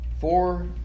Four